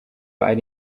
ari